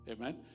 amen